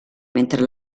mentre